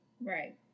Right